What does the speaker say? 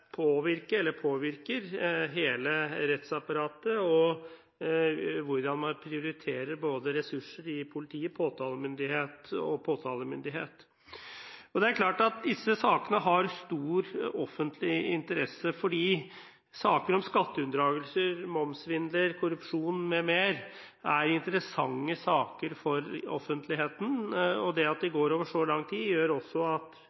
påvirker hele rettsapparatet og hvordan man prioriterer ressurser i politiet og påtalemyndigheten. Det er klart at disse sakene har stor offentlig interesse. Skatteunndragelse, momssvindel, korrupsjon m.m. er interessante saker for offentligheten. Det at de går over så lang tid, gjør at